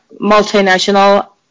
multinational